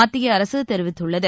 மத்திய அரசு தெரிவித்துள்ளது